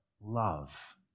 love